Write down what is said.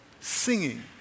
Singing